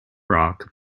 rock